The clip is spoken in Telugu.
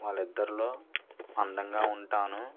వాళ్ళ ఇద్దరిలో అందంగా ఉంటాను